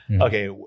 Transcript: Okay